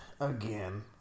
Again